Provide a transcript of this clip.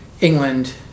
England